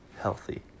healthy